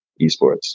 esports